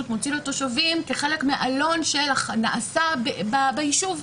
מוציא לתושבים כחלק מעלון שנעשה ביישוב,